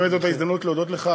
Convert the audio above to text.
באמת זו ההזדמנות להודות לך,